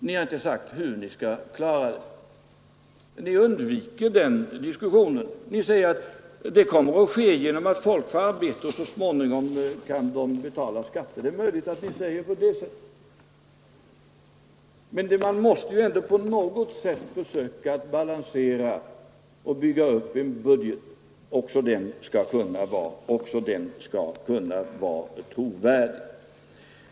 Ni har inte sagt hur ni skall klara detta. Ni undviker den diskussionen. Ni säger att det kommer att ske genom att folk får arbete och så småningom kan de betala skatter. Det är möjligt att ni resonerar på det sättet. Men man måste ju ändå på något sätt försöka balansera och bygga upp en budget. Också den skall kunna vara trovärdig.